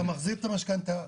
אתה מחזיר את המשכנתא,